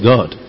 God